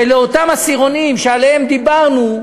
ולאותם עשירונים שעליהם דיברנו,